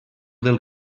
del